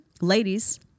Ladies